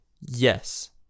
Yes